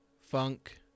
Funk